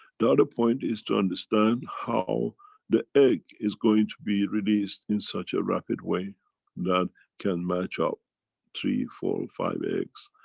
the other point is to understand how the egg is going to be released in such a rapid way that can match up three, four or five eggs.